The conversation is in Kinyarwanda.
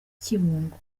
kibungo